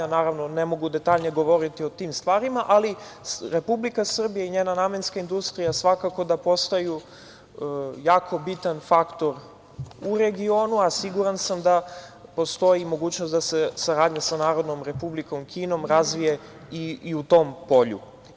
Naravno, ne mogu detaljnije govoriti o tim stvarima, ali Republika Srbija i njena namenska industrija svakako da postaju jako bitan faktor u regionu, a siguran sam da postoji i mogućnost da se saradnja sa Narodnom Republikom Kinimo razvije i u tom polju.